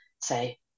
say